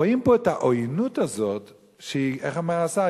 רואים פה את העוינות הזאת שהיא, איך אמר השר?